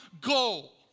goal